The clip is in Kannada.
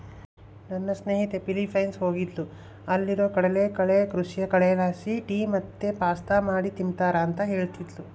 ನನ್ನ ಸ್ನೇಹಿತೆ ಫಿಲಿಪೈನ್ಸ್ ಹೋಗಿದ್ದ್ಲು ಅಲ್ಲೇರು ಕಡಲಕಳೆ ಕೃಷಿಯ ಕಳೆಲಾಸಿ ಟೀ ಮತ್ತೆ ಪಾಸ್ತಾ ಮಾಡಿ ತಿಂಬ್ತಾರ ಅಂತ ಹೇಳ್ತದ್ಲು